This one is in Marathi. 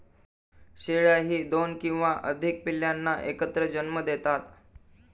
शेळ्याही दोन किंवा अधिक पिल्लांना एकत्र जन्म देतात